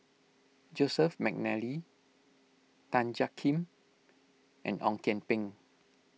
Joseph McNally Tan Jiak Kim and Ong Kian Peng